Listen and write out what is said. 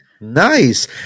nice